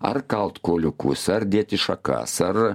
ar kalt kuoliukus ar dėti šakas ar